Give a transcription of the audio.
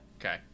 Okay